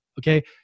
Okay